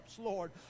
Lord